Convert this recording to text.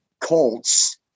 Colts